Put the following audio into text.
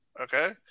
Okay